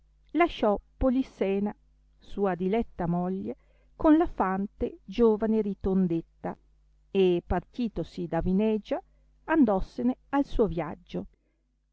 lasciò polissena sua diletta moglie con la fante giovane e ritondetta o partitosi da vinegia andossene al suo viaggio